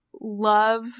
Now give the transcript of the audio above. love